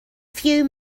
few